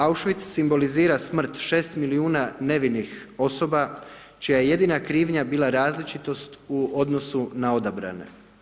Auschwitz simbolizira smrt 6 milijuna nevinih osoba čija je jedina krivnja bila različitost u odnosu na odabrane.